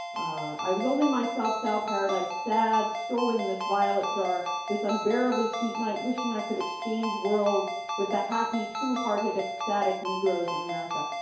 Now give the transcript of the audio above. i was only myself, sal paradise, sad, strolling in this violet dark, this unbearably sweet night wishing i could exchange worlds with the happy, true-hearted, ecstatic negroes of america.